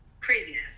craziness